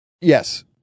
yes